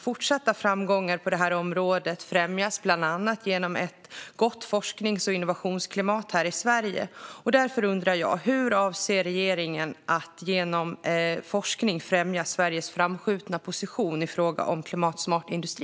Fortsatta framgångar på området främjas bland annat genom ett gott forsknings och innovationsklimat här i Sverige. Därför undrar jag: Hur avser regeringen att genom forskning främja Sveriges framskjutna position i fråga om klimatsmart industri?